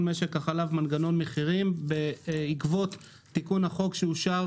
משק החלב (מנגנון מחירים) בעקבות תיקון החוק שאושר